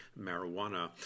marijuana